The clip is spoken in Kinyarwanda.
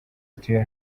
batuye